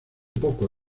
poco